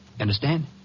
Understand